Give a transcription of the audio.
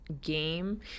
game